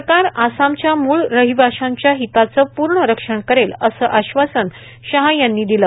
सरकार आसामच्या मुळ रहिवाशांच्या हिताचं पूर्ण रक्षण करेल असं आश्वासन शाह यांनी दिलं